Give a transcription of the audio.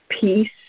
peace